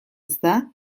ezta